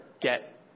get